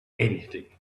anything